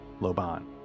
Loban